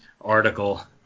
article